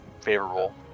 favorable